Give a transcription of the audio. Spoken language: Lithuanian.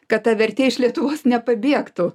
kad ta vertė iš lietuvos nepabėgtų